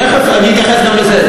תכף אני אתייחס גם לזה.